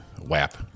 WAP